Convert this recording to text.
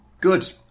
Good